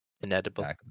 Inedible